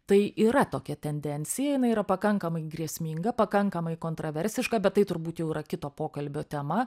tai yra tokia tendencija jinai yra pakankamai grėsminga pakankamai kontroversiška bet tai turbūt jau yra kito pokalbio tema